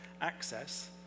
access